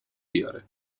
بیاره